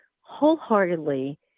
wholeheartedly